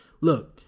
look